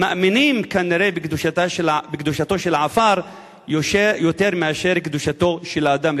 מאמינים כנראה בקדושתו של העפר יותר מאשר בקדושתו של האדם,